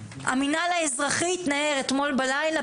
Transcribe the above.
המינהל האזרחי התנער אתמול בלילה,